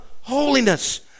holiness